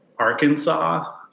Arkansas